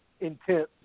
intense